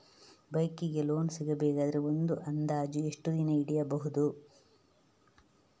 Bike ಗೆ loan ಸಿಗಬೇಕಾದರೆ ಒಂದು ಅಂದಾಜು ಎಷ್ಟು ದಿನ ಹಿಡಿಯಬಹುದು?